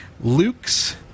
Luke's